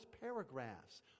paragraphs